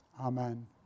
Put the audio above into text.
Amen